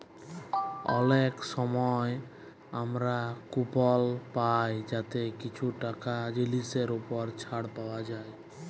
অলেক সময় আমরা কুপল পায় যাতে কিছু টাকা জিলিসের উপর ছাড় পাউয়া যায়